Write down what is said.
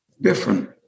different